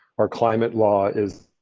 our climate law is.